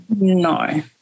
no